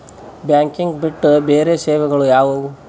Banking ಬಿಟ್ಟು ಬೇರೆ ಸೇವೆಗಳು ಯಾವುವು?